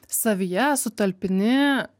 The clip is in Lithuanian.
savyje sutalpini